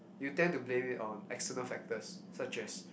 you tend to blame it on external factors such as